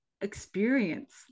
experience